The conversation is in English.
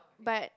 but